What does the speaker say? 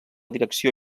direcció